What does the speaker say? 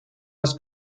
was